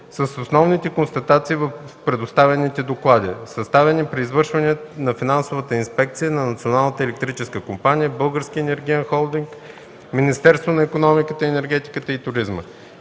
с основните констатации в предоставените доклади, съставени при извършване на финансови инспекции на Националната електрическа компания, Българския енергиен холдинг и Министерството на икономиката, енергетиката и туризма.